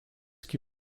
que